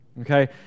okay